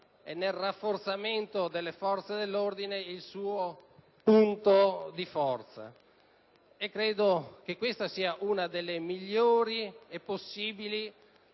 e nel rafforzamento delle forze dell'ordine il suo punto di forza: credo che questa sia una delle migliori e possibili